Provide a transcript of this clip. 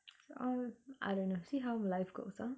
so I'll I don't know see how life goes ah